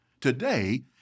Today